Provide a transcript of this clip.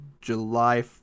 July